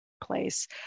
place